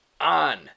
on